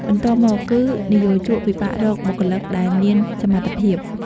បន្ទាប់មកគឺ និយោជកពិបាករកបុគ្គលិកដែលមានសមត្ថភាព។